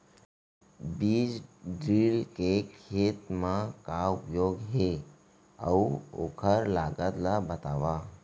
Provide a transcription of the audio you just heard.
बीज ड्रिल के खेत मा का उपयोग हे, अऊ ओखर लागत ला बतावव?